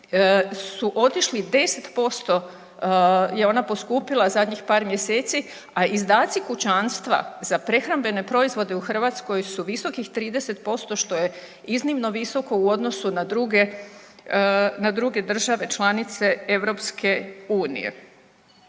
su otišli 10% je ona poskupila zadnjih par mjeseci, a izdaci kućanstva za prehrambene proizvode u Hrvatskoj su visokih 30% što je iznimno visoko u odnosu na druge, na druge države članice EU. Činjenica